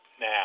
now